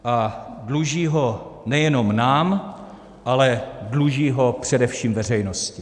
A dluží ho nejenom nám, ale dluží ho především veřejnosti.